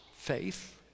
faith